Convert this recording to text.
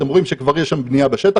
אתם רואים שכבר יש שם בנייה בשטח,